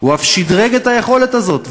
הוא אף שדרג את היכולת הזאת,